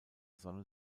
sonne